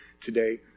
today